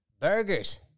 Burgers